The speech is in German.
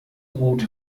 gut